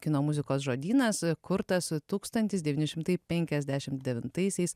kino muzikos žodynas kurtas tūkstantis devyni šimtai penkiasdešim devintaisiais